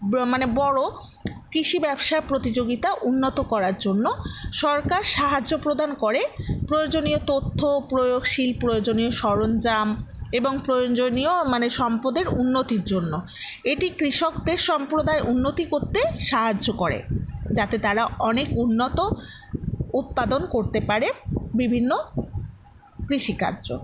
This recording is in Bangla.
মানে বড়ো কৃষি ব্যবসা প্রতিযোগিতা উন্নত করার জন্য সরকার সাহায্য প্রদান করে প্রয়োজনীয় তথ্য প্রয়োগশীল প্রয়োজনীয় সরঞ্জাম এবং প্রয়োজনীয় মানে সম্পদের উন্নতির জন্য এটি কৃষকদের সম্প্রদায় উন্নতি করতে সাহায্য করে যাতে তারা অনেক উন্নত উৎপাদন করতে পারে বিভিন্ন কৃষিকার্য